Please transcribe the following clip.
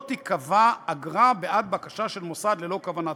תיקבע אגרה בעד בקשה של מוסד ללא כוונת